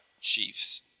Chiefs